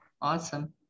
Awesome